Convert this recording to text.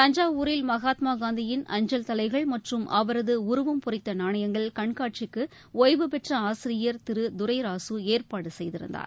தஞ்சாவூரில் மகாத்மா காந்தியின் அஞ்சல் தலைகள் மற்றும் அவரது உருவம் பொறித்த நாணயங்கள் கண்காட்சிக்கு ஒய்வுபெற்ற ஆசிரியர் திரு துரைராசு ஏற்பாடு செய்திருந்தார்